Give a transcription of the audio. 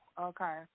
okay